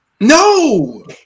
No